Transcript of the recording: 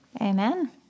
Amen